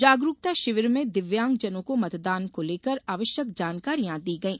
जागरूकता शिविर में दिव्यांगजनों को मतदान को लेकर आवश्यक जानकारिया दी गयी